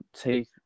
take